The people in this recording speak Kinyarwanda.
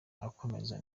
akomeza